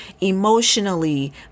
emotionally